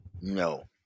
No